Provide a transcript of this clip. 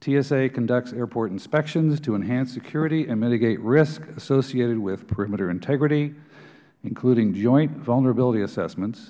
tsa conducts airport inspections to enhance security and mitigate risk associated with perimeter integrity including joint vulnerability assessments